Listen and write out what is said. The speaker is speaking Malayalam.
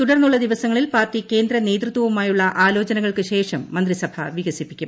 തുടർന്നുള്ള ദിവസങ്ങളിൽ പാർട്ടി കേന്ദ്ര നേതൃത്വവുമായുള്ള ആലോചനകൾക്ക് ശേഷം മന്ത്രിസഭ വികസിപ്പിക്കും